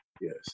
Yes